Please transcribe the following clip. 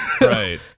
Right